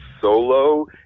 solo